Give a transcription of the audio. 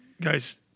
guys